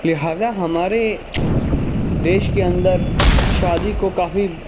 لہٰذا ہمارے دیش کے اندر شادی کو کافی